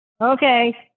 Okay